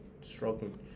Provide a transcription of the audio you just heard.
struggling